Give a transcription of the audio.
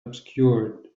obscured